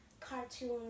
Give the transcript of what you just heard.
cartoon